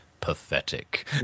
pathetic